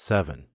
Seven